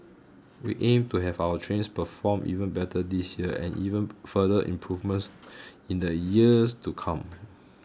we aim to have our trains perform even better this year and even further improvements in the years to come